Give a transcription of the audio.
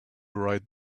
write